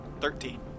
Thirteen